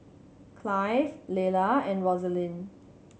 Clive Lelah and Rosaline